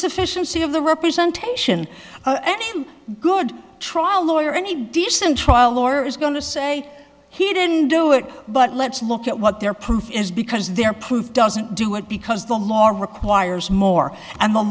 sufficiency of the representation any good trial lawyer or any decent trial lawyer is going to say he didn't do it but let's look at what their proof is because their proof doesn't do it because the law requires more and